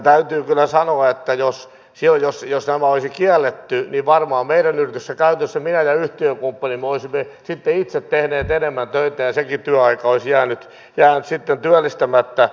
täytyy kyllä sanoa että jos tämä olisi kielletty niin varmaan meidän yrityksessämme käytännössä minä ja yhtiökumppani olisimme sitten itse tehneet enemmän töitä ja sekin työaika olisi jäänyt sitten työllistämättä